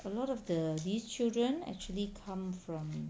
a lot of the these children actually come from